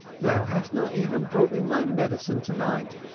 thou hast not even brought me my medicine to-night.